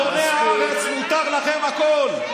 אתם אדוני הארץ, מותר לכם הכול.